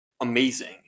amazing